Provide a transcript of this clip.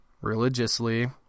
Religiously